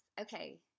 Okay